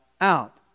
out